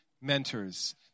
mentors